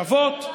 שוות,